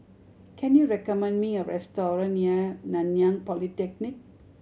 can you recommend me a restaurant near Nanyang Polytechnic